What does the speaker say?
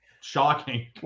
shocking